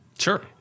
Sure